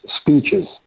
speeches